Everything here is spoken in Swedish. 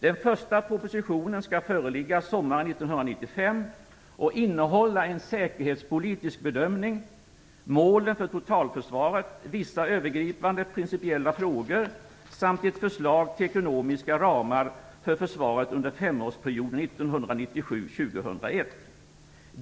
Den första propositionen skall föreligga sommaren 1995 och innehålla en säkerhetspolitisk bedömning, målen för totalförsvaret, vissa övergripande principiella frågor samt ett förslag till ekonomiska ramar för försvaret under femårsperioden 1997-2001.